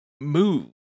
move